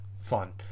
fun